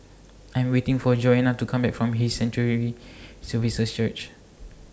I Am waiting For Joanna to Come Back from His Sanctuary Services Church